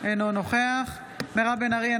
אינו נוכח מירב בן ארי,